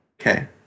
Okay